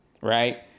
right